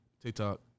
TikTok